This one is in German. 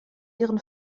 ihren